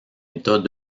état